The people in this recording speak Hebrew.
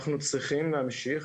אנחנו צריכים להמשיך,